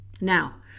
Now